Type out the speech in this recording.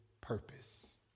purpose